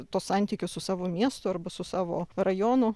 tuos santykius su savo miestu arba su savo rajonu